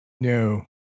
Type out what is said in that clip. No